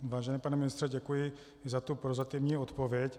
Vážený pane ministře, děkuji za prozatímní odpověď.